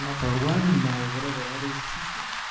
um for a run in my, whatever that is, t-shirt.